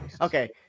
Okay